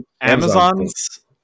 Amazon's